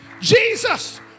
Jesus